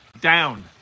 down